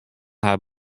har